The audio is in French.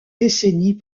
décennies